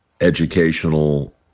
educational